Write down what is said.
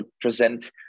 present